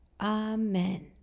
Amen